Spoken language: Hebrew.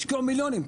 השקיעו מיליונים.